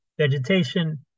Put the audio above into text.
Vegetation